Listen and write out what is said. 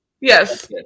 Yes